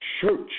church